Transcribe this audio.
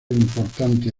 importante